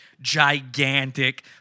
gigantic